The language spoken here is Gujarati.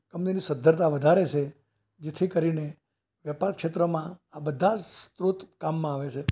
કંપનીની સદ્ધરતા વધારે છે જેથી કરીને વેપાર ક્ષેત્રમાં બધા જ સ્ત્રોત કામમાં આવે છે